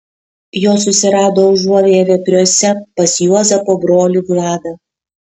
jos susirado užuovėją vepriuose pas juozapo brolį vladą